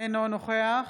אינו נוכח